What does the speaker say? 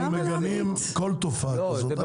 אנחנו מגנים כל תופעה כזאת.